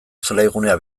zelaigunea